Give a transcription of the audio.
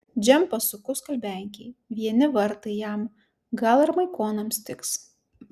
džempą suku skalbenkėj vieni vartai jam gal ir maikonams tiks